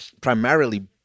primarily